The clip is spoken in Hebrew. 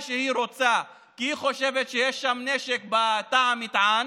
שהיא רוצה כי היא חושבת שיש שם נשק בתא המטען,